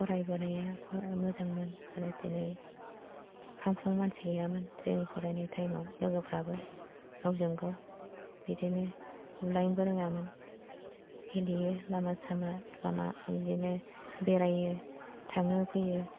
फरायबोनाया मोजांमोन आरो दिनै फां फुं मानसि गैयामोन जोंनि फरायनाय टाइमाव लोगोफ्राबो गावजोंगाव बिदिनो बुलायनोबो रोङामोन गेलेयो लामा सामा लामा बिदिनो बेरायो थाङो फैयो